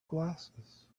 glasses